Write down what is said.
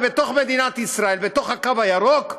בתוך מדינת ישראל, בתוך הקו הירוק,